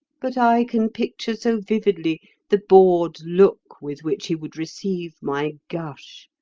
but i can picture so vividly the bored look with which he would receive my gush.